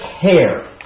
care